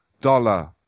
dollar